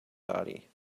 body